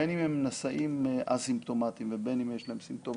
בין אם נשאים א-סימפטומטיים ובין אם יש להם סימפטומים,